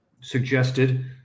suggested